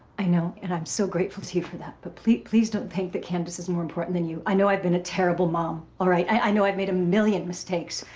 i know, and i'm so grateful to you for that, but please please don't think that candace is more important than you. i know i've been a terrible mom, all right? i know i've made a million mistakes,